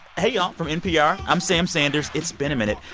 hey, y'all. from npr, i'm sam sanders. it's been a minute.